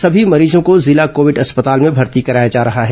सभी मरीजों को जिला कोविड अस्पताल में भर्ती कराया जा रहा है